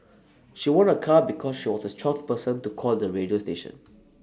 she won A car because she was this twelfth person to call the radio station